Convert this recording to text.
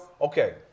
Okay